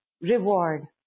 reward